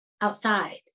outside